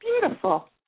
beautiful